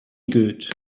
good